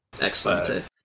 Excellent